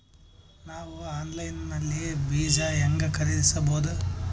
ನಾವು ಆನ್ಲೈನ್ ನಲ್ಲಿ ಬೀಜ ಹೆಂಗ ಖರೀದಿಸಬೋದ?